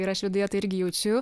ir aš viduje tai irgi jaučiu